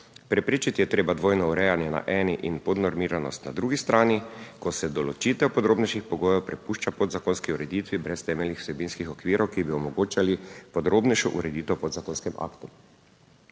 Preprečiti je treba dvojno urejanje na eni in podnormiranost na drugi strani, ko se določitev podrobnejših pogojev prepušča podzakonski ureditvi brez temeljnih vsebinskih okvirov, ki bi omogočali podrobnejšo ureditev v podzakonskem aktu.